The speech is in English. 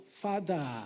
Father